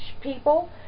people